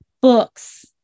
books